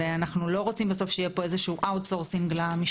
אנחנו לא רוצים בסוף שיהיה פה איזשהו Outsourcing למשטרה,